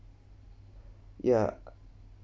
ya